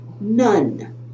None